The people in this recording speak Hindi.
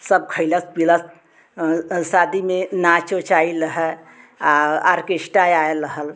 सब खइलस पीलस शादी में नाच ओच आइल हा औ आर्केश्टा आएल रहल